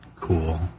cool